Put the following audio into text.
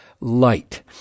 light